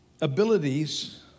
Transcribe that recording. abilities